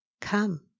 Come